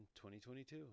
2022